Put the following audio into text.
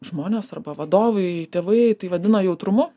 žmonės arba vadovai tėvai tai vadina jautrumu